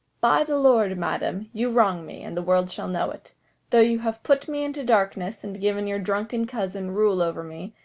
by the lord, madam, you wrong me, and the world shall know it though you have put me into darkness and given your drunken cousin rule over me,